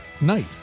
night